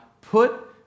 put